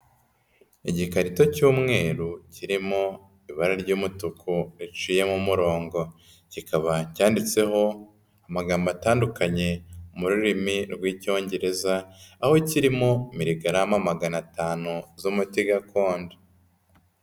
Igikarito cy'umweru kirimo ibara ry'umutuku riciyemo umurongo, kikaba cyanditseho amagambo atandukanye mu rurimi rw'Icyongereza aho kirimo mille gram magana atanu z'umuti gakondo.